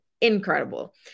incredible